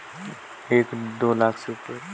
पौधा थरहा बर मशीन कतेक मे मिलही?